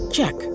Check